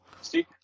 See